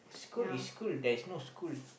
school is school there is no school